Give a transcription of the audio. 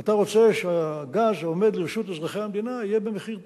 אתה רוצה שהגז העומד לרשות אזרחי המדינה יהיה במחיר טוב,